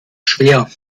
schwer